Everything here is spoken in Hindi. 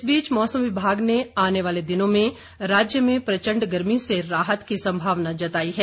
इस बीच मौसम विभाग ने आने वाले दिनों में राज्य में प्रचंड गर्मी से राहत की संभावना जताई है